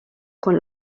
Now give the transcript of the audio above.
con